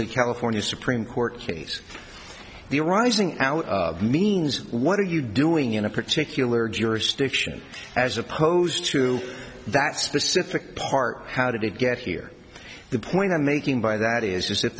the california supreme court case the arising out of means what are you doing in a particular jurisdiction as opposed to that specific part how did it get here the point i'm making by that is